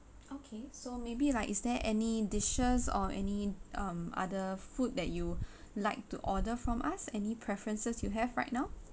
okay so maybe like is there any dishes or any um other food that you like to order from us any preferences you have right now